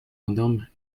gendarmes